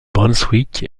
brunswick